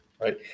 right